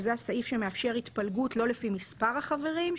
שזה הסעיף שמאפשר התפלגות לא לפי מספר החברים,